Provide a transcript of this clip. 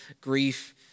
grief